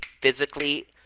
physically